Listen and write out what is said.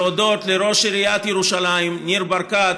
להודות לראש עיריית ירושלים ניר ברקת,